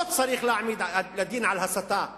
צריך להעמיד אותו לדין על הסתה לרצח.